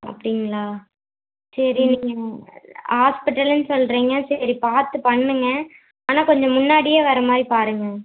அப்படிங்களா சரி இன்றைக்கு ஹாஸ்பிட்டல்னு சொல்கிறீங்க சரி பார்த்து பண்ணுங்க ஆனால் கொஞ்சம் முன்னாடியே வர்ற மாதிரி பாருங்க